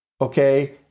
okay